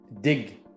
dig